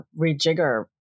rejigger